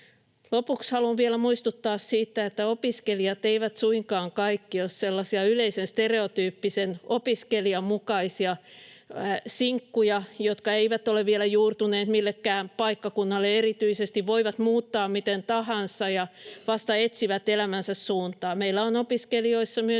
Lopuksi haluan vielä muistuttaa, että opiskelijat eivät suinkaan kaikki ole sellaisia yleisen stereotyyppisen opiskelijan mukaisia sinkkuja, jotka eivät ole vielä erityisesti juurtuneet millekään paikkakunnalle, voivat muuttaa miten tahansa ja vasta etsivät elämänsä suuntaa. Meillä on opiskelijoissa myös